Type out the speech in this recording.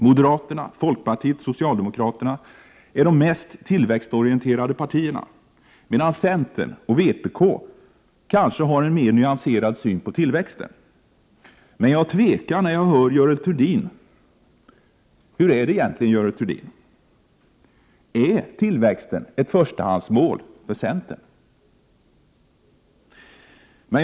Moderaterna, folkpartiet och socialdemokraterna är de mest tillväxtorienterade partierna, medan centern och vpk kanske har en mer nyanserad syn på tillväxten. Men jag tvivlar när jag hör Görel Thurdin. Hur är det egentligen, Görel Thurdin, är tillväxten ett förstahandsmål för centern?